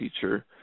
teacher